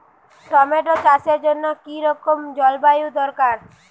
Tomato চাষের জন্য কি রকম জলবায়ু দরকার?